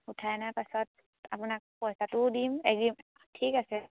উঠাই অনাৰ পাছত আপোনাক পইচাটোও দিম এগ্ৰিমেণ্ট ঠিক আছে